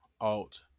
alt